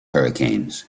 hurricanes